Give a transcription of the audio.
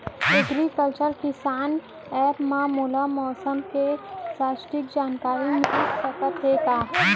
Agriculture किसान app मा मोला मौसम के सटीक जानकारी मिलिस सकत हे का?